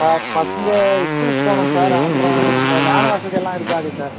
sir பசங்க ஸ்கூலுக்கு போகணும் சார் அப்புறம் அங்கே வேன்னு வசதியெல்லாம் இருக்காதே சார்